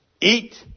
eat